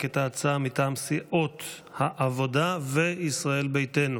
את ההצעה מטעם סיעות העבודה וישראל ביתנו.